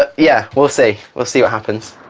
but yeah, we'll see we'll see what happens.